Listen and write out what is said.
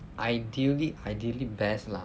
ideally ideally best lah